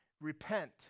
repent